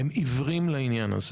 הן עיוורות לעניין הזה.